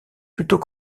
plutôt